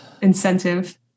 incentive